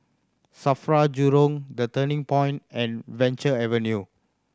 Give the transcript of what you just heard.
SAFRA Jurong The Turning Point and Venture Avenue